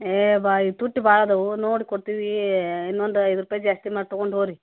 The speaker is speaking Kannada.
ಏಯ್ ಭಾರೀ ತುಟ್ಟಿ ಭಾಳ ಇದಾವು ನೋಡು ಕೊಡ್ತೀವಿ ಇನ್ನೊಂದು ಐದು ರೂಪಾಯಿ ಜಾಸ್ತಿ ಮಾಡಿ ತೊಗೊಂಡು ಹೋಗ್ರಿ